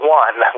one